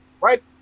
right